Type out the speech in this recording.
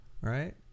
right